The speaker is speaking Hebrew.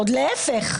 להפך.